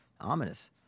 ominous